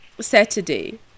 Saturday